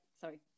sorry